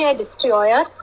destroyer